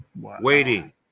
Waiting